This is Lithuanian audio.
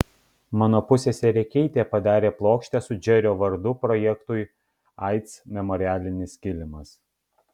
mano pusseserė keitė padarė plokštę su džerio vardu projektui aids memorialinis kilimas